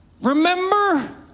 remember